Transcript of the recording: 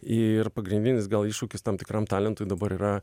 ir pagrindinis iššūkis tam tikram talentui dabar yra